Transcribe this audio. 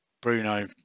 Bruno